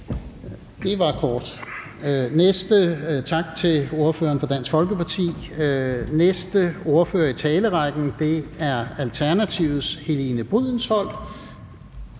Folkeparti. Næste ordfører i talerrækken er Alternativets Helene Brydensholt.